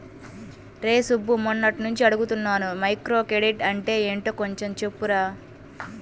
రేయ్ సుబ్బు, మొన్నట్నుంచి అడుగుతున్నాను మైక్రోక్రెడిట్ అంటే యెంటో కొంచెం చెప్పురా